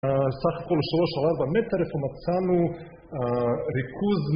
סך הכל שלוש או ארבע מטר, איפה מצאנו ריכוז